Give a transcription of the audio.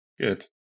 Good